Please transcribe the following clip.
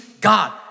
God